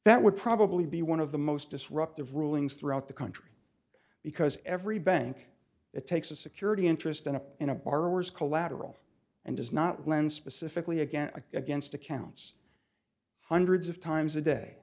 that would probably be one of the most disruptive rulings throughout the country because every bank it takes a security interest in a in a borrowers collateral and does not lend specifically again against accounts hundreds of times a day